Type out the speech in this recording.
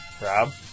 Rob